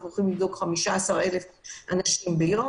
אנחנו הולכים לבדוק 15,000 אנשים ביום.